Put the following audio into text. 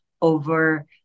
over